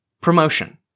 Promotion